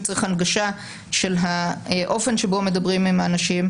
צריך הנגשה של האופן שבו מדברים עם האנשים,